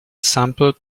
sampled